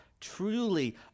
truly